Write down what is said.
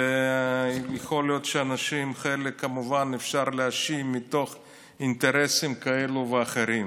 ויכול להיות שכמובן חלק מהאנשים אפשר להאשים מתוך אינטרסים כאלה ואחרים,